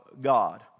God